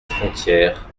frontière